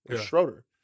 Schroeder